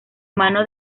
mano